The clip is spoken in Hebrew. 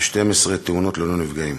תאונות ללא נפגעים.